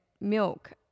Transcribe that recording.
milk